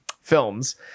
films